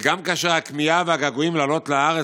וגם כאשר הכמיהה והגעגועים לעלות לארץ,